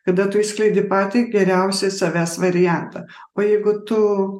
kada tu išskleidi patį geriausią savęs variantą o jeigu tu